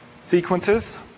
sequences